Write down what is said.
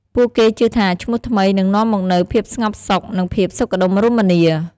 ពួកគេជឿថាឈ្មោះថ្មីនឹងនាំមកនូវភាពស្ងប់សុខ និងភាពសុខដុមរមនា។